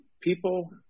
people